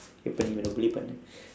இப்ப இவனே:ippa ivanee bully பண்ணு:pannu